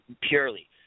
purely